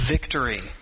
victory